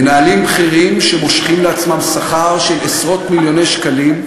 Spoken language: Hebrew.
מנהלים בכירים שמושכים לעצמם שכר של עשרות-מיליוני שקלים,